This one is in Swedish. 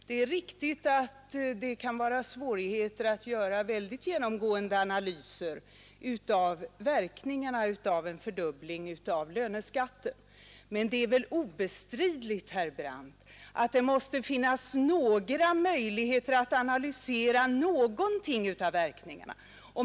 Det är riktigt att det kan vara svårt att göra mera ingående analyser av verkningarna av en fördubbling av löneskatten, men det är väl obestridligt, herr Brandt, att det måste finnas möjligheter att analysera någonting av verkningarna.